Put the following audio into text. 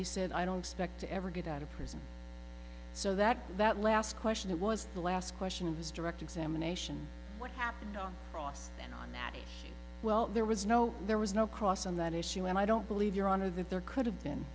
he said i don't expect to ever get out of prison so that that last question it was the last question was directing sam nation what happened on cross and on natty well there was no there was no cross on that issue and i don't believe your honor that there could have been